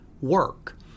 work